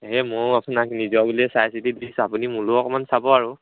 সেই মযো আপোনাক নিজৰ বুলি চাই চিতি দিছোঁ আপুনি মোলৈও অকণমান চাব আৰু